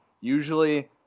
usually